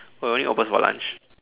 oh it only opens for lunch